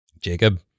Jacob